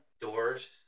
Doors